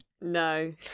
no